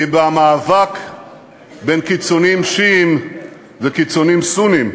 כי במאבק בין קיצונים שיעים וקיצונים סונים,